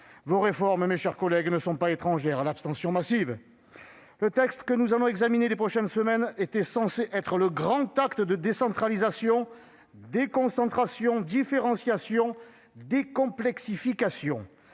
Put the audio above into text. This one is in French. Vos réformes, mes chers collègues, ne sont pas étrangères à l'abstention massive. Le texte que nous allons examiner lors des prochaines semaines était censé être le grand acte de décentralisation, déconcentration, différenciation et décomplexification.